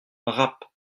rapp